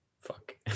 fuck